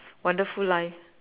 wonderful life